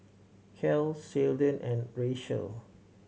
Cale Sheldon and Racheal